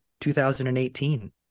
2018